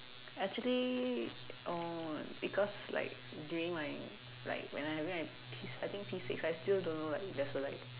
actually oh because like during my like whenever I having my P I think P six I still don't know like there's a like